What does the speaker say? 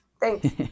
Thanks